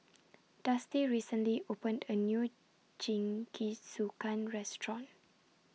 Dusty recently opened A New Jingisukan Restaurant